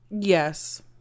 Yes